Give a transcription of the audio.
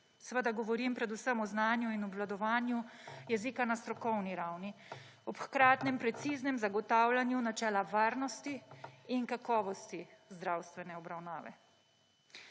Seveda govorim predvsem o znanju in obvladovanju jezika na strokovni ravni, ob hkratnem preciznem zagotavljanju načela varnosti in kakovosti zdravstvene obravnave.